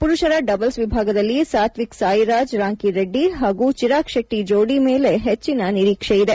ಪುರುಷರ ಡಬಲ್ಪ್ ವಿಭಾಗದಲ್ಲಿ ಸಾತ್ವಿಕ್ ಸಾಯಿರಾಜ್ ರಾಂಕಿರೆಡ್ಡಿ ಹಾಗೂ ಚಿರಾಗ್ ಶೆಟ್ಟಿ ಜೋದಿ ಮೇಲೆ ಹೆಚ್ಚಿನ ನಿರೀಕ್ಷೆ ಇದೆ